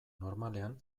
normalean